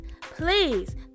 please